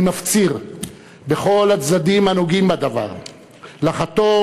אני מפציר בכל הצדדים הנוגעים בדבר לחתור